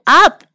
up